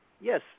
Yes